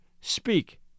speak